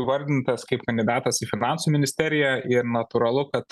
įvardintas kaip kandidatas į finansų ministeriją ir natūralu kad